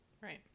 Right